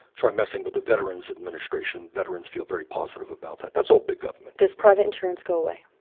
try messing with the veterans administration. veterans feel very positive about that. that's all big government does private insurance go away?